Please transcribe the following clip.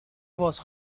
was